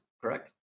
correct